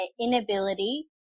inability